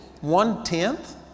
One-tenth